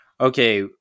okay